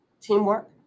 Teamwork